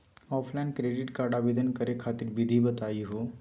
Offline credit card आवेदन करे खातिर विधि बताही हो?